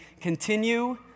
continue